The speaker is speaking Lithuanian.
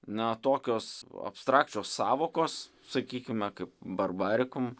na tokios abstrakčios sąvokos sakykime kaip barbarikum